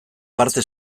parte